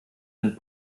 sind